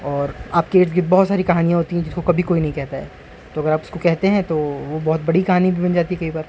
اور آپ کی ارد گرد بھی بہت ساری کہانیاں ہوتی ہیں جس کو کبھی کوئی نہیں کہتا ہے تو اگر آپ اس کو کہتے ہیں تو وہ بہت بڑی کہانی بھی بن جاتی کئی بار